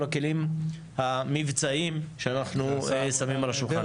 הכלים המבצעיים שאנחנו שמים על השולחן.